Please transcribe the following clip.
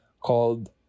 called